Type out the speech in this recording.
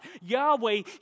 Yahweh